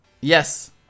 yes